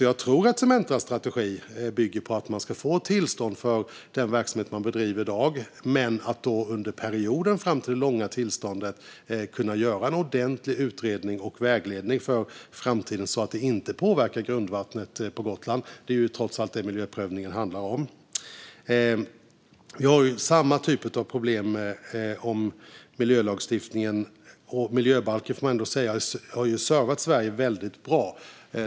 Jag tror att Cementas strategi bygger på att man ska få tillstånd för den verksamhet man bedriver i dag men under perioden fram till det långa tillståndet kunna göra en ordentlig utredning och vägledning för framtiden så att det inte påverkar grundvattnet på Gotland. Det är ju trots allt det miljöprövningen handlar om. Vi har samma typ av problem med miljölagstiftningen. Miljöbalken får man ändå säga har tjänat Sverige väldigt väl.